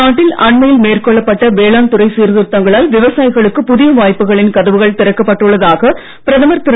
நாட்டில் அண்மையில் மேற்கொள்ளப்பட்ட வேளாண் துறை சீர்திருத்தங்களால் விவசாயிகளுக்கு புதிய வாய்ப்புகளின் கதவுகள் திறக்கப்பட்டுள்ளதாக பிரதமர் திரு